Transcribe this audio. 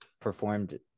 performed